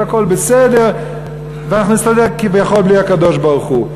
והכול בסדר ואנחנו נסתדר כביכול בלי הקדוש-ברוך-הוא.